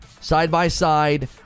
Side-by-side